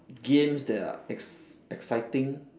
games that are ex~ exciting